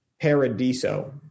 Paradiso